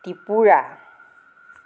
Tripura